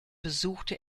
besuchte